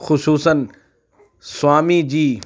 خصوصاً سوامی جی